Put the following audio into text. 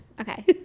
Okay